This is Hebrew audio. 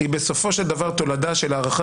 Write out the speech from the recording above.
היא בסופו של דבר תולדה של הערכה